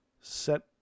set